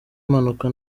mpanuka